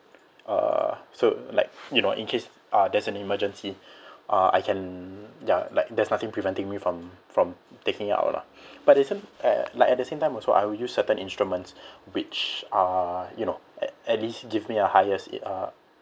uh so like you know in case uh there's an emergency uh I can ya like there's nothing preventing me from from taking it out lah but at the same uh like at the same time also I will use certain instruments which are you know at at least give me a highest it uh